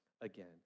again